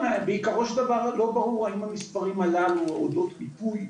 בעיקרו של דבר לא ברור האם המספרים הללו הודות מיפוי,